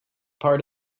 part